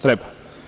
Treba.